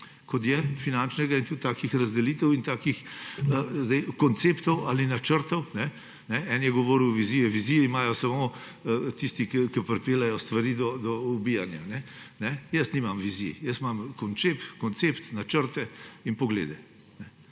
kot je, in tudi takih razdelitev in takih konceptov ali načrtov. Nekdo je govoril o viziji. Vizije imajo samo tisti, ki pripeljejo stvari do ubijanja. Jaz nimam vizij, jaz imam koncept, načrte in poglede.